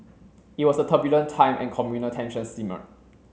it was a turbulent time and communal tensions simmered